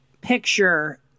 picture